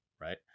Right